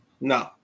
no